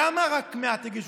למה רק מעטים הגישו?